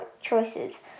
choices